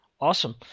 Awesome